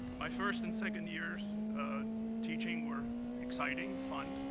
my first and second years teaching were exciting, fun.